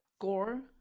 Gore